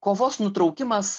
kovos nutraukimas